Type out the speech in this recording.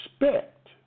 respect